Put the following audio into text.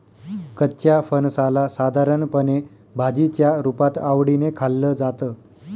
कच्च्या फणसाला साधारणपणे भाजीच्या रुपात आवडीने खाल्लं जातं